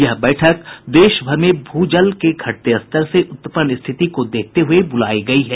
यह बैठक देशभर में भू जल के घटते स्तर से उत्पन्न स्थिति को देखते हुए बुलाई गई है